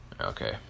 Okay